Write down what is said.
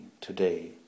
today